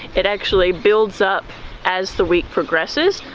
it actually builds up as the week progresses.